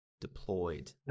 deployed